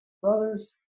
Brothers